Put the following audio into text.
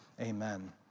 amen